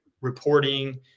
reporting